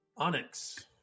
Onyx